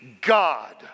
God